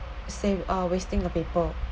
save uh wasting the paper